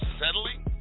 settling